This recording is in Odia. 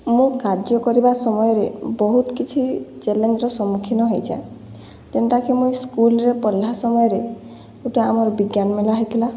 ମୁଁ କାର୍ଯ୍ୟ କରିବା ସମୟରେ ବହୁତ୍ କିଛି ଚ୍ୟାଲେଞ୍ଜ୍ର ସମ୍ମୁଖୀନ ହେଇଚେଁ ଯେନ୍ଟାକି ମୁଇଁ ସ୍କୁଲ୍ରେ ପଢ଼୍ଲା ସମୟରେ ଗୋଟେ ଆମର୍ ବିଜ୍ଞାନ୍ମେଳା ହେଇଥିଲା